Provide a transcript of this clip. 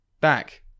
Back